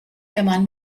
mann